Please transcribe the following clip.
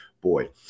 boy